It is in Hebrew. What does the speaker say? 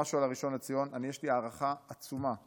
יש לי הערכה עצומה לתורתו,